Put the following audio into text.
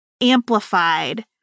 amplified